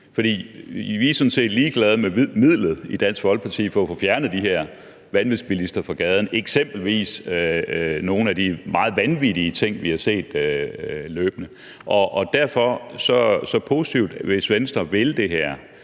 set ligeglade med midlet for at få fjernet de her vanvidsbilister fra gaden, eksempelvis nogle af de meget vanvittige ting, vi har set løbende. Derfor er det positivt, hvis Venstre vil det her.